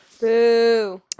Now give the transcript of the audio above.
Boo